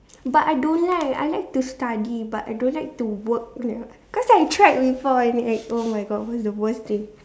but I don't like I like to study but I don't like to work cause I tried before and like !oh-my-God! was the worst thing